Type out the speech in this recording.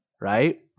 Right